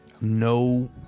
no